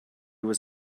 was